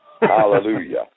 Hallelujah